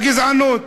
הגזענות.